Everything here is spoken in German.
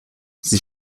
sie